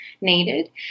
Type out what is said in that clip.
needed